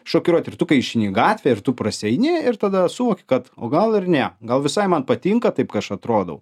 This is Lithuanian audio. šokiruot ir tu kai išeini į gatvę ir tu prasieini ir tada suvoki kad o gal ir ne gal visai man patinka taip kai aš atrodau